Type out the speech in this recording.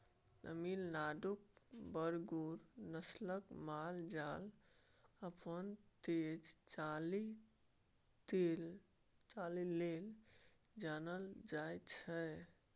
तमिलनाडुक बरगुर नस्लक माल जाल अपन तेज चालि लेल जानल जाइ छै